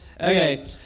Okay